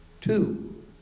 Two